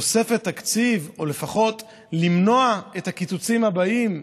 תוספת תקציב, או לפחות למנוע את הקיצוצים הבאים?